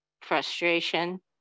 frustration